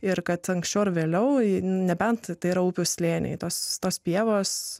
ir kad anksčiau ar vėliau į nebent tai yra upių slėniai tos tos pievos